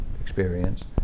experience